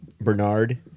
Bernard